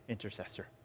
intercessor